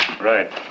Right